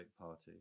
party